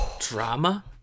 Drama